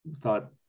thought